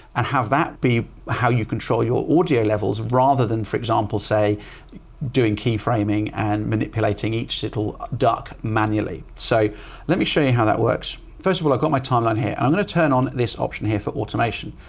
and have that be how you control your audio levels rather than for example, say doing key framing and manipulating each little dark manually. so let me show you how that works. first of all, i've got my timeline here, and i'm going to turn on this option here for automation.